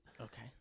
okay